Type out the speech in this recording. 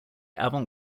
avant